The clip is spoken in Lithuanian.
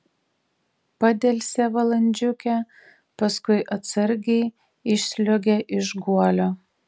padelsė valandžiukę paskui atsargiai išsliuogė iš guolio